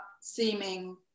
seeming